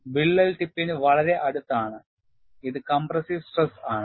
വിള്ളൽ ടിപ്പിന് വളരെ അടുത്താണ് ഇത് കംപ്രസ്സീവ് സ്ട്രെസ് ആണ്